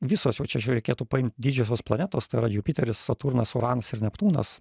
visos jau čia reikėtų paimt didžiosios planetos tai yra jupiteris saturnas uranas ir neptūnas